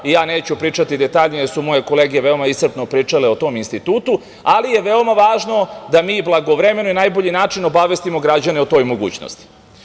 Ja neću pričati detaljnije, jer su moje kolege veoma iscrpno pričale o tom institutu, ali je veoma važno da mi blagovremeno i na najbolji način obavestimo građane o toj mogućnosti.